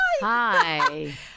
Hi